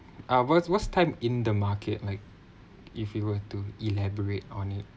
uh what's what's time in the market like if you were to elaborate on it